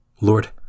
Lord